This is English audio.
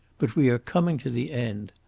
but we are coming to the end.